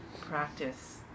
practice